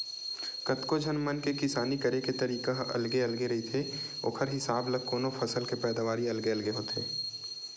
कतको झन मन के किसानी करे के तरीका ह अलगे अलगे रहिथे ओखर हिसाब ल कोनो फसल के पैदावारी अलगे अलगे होथे